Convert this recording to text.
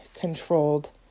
controlled